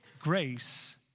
Grace